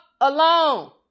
alone